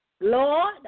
Lord